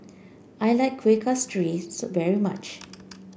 I like Kueh Kasturi very much